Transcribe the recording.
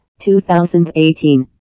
2018